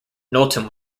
knowlton